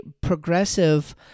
progressive